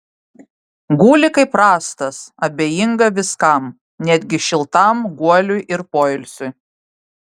guli kaip rąstas abejinga viskam netgi šiltam guoliui ir poilsiui